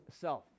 self